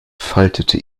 faltete